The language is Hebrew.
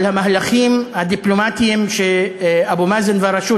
על המהלכים הדיפלומטיים שאבו מאזן והרשות